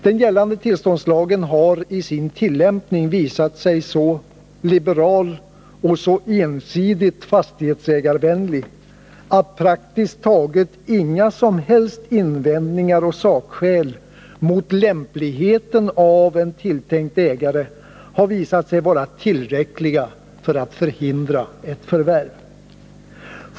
Den gällande tillståndslagen har i sin tillämpning visat sig så liberal och så ensidigt fastighetsägarvänlig att praktiskt taget inga som helst invändningar och sakskäl mot lämpligheten hos en tilltänkt ägare visat sig vara tillräckliga för att förhindra ett förvärv.